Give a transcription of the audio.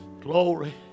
Glory